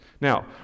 Now